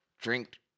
drink